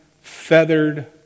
feathered